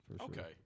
Okay